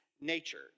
nature